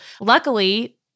luckily